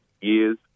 years